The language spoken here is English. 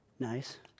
Nice